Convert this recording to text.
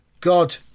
God